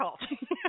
difficult